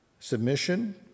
Submission